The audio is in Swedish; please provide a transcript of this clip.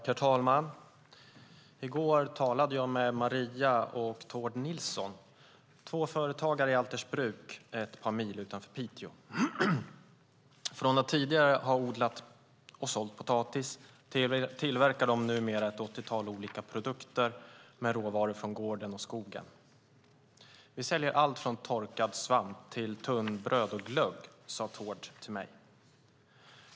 Herr talman! I går talade jag med Maria och Tord Nilsson, två företagare i Altersbruk, ett par mil utanför Piteå. Från att tidigare ha odlat och sålt potatis tillverkar de numera ett 80-tal olika produkter med råvaror från gården och skogen. Vi säljer allt från torkad svamp till tunnbröd och glögg, sade Tord till mig.